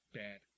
bad